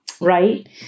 Right